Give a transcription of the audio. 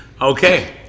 Okay